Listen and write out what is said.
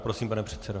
Prosím, pane předsedo.